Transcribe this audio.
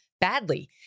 badly